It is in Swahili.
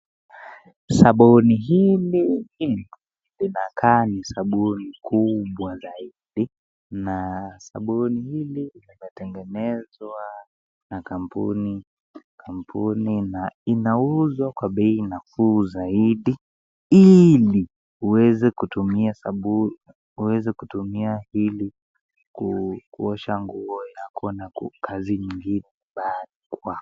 Sabuni hili linakaa ni sabuni kubwa zaidi. Na sabuni hili limetengenezwa na kampuni, kampuni na inauzwa kwa bei nafuu zaidi ili uweze kutumia sabu uweze kutumia ili ku kuosha nguo yako na kukazi nyengine patwa.